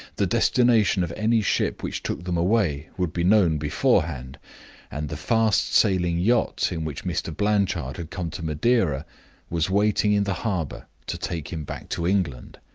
the destination of any ship which took them away would be known beforehand and the fast-sailing yacht in which mr. blanchard had come to madeira was waiting in the harbor to take him back to england.